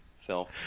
Phil